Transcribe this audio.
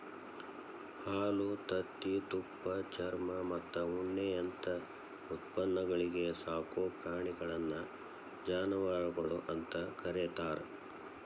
ಹಾಲು, ತತ್ತಿ, ತುಪ್ಪ, ಚರ್ಮಮತ್ತ ಉಣ್ಣಿಯಂತ ಉತ್ಪನ್ನಗಳಿಗೆ ಸಾಕೋ ಪ್ರಾಣಿಗಳನ್ನ ಜಾನವಾರಗಳು ಅಂತ ಕರೇತಾರ